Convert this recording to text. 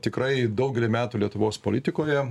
tikrai daugelį metų lietuvos politikoje